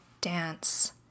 dance